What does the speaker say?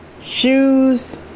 shoes